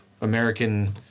American